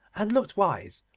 and looked wise,